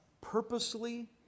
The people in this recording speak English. purposely